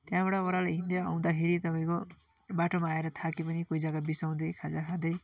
त्यहाँबाट ओह्रालो हिँड्दै आउँदाखेरि तपाईँको बाटोमा आएर थाके पनि कोही जग्गा बिसाउँदै खाजा खाँदै